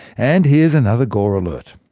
and here's another gore alert.